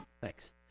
Thanks